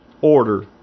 order